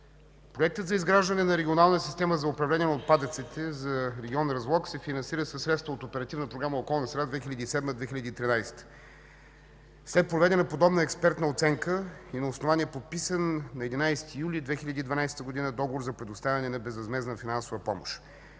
Проектът за изграждане на Регионална система за управление на отпадъците за регион Разлог се финансира със средства от Оперативна програма „Околна среда 2007-2013 г.”, след проведена подробна експертна оценка и на основание подписан на 11 юли 2012 г. договор за предоставяне на безвъзмездна финансова помощ